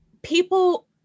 People